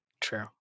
True